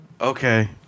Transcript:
Okay